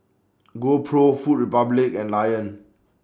GoPro Food Republic and Lion